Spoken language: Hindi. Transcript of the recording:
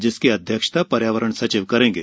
जिसकी अध्यक्षता पर्यावरण सचिव करेंगे